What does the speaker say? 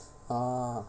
oh